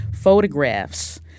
photographs